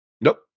Nope